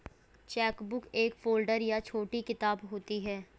chequebook एक folder या छोटी किताब होती है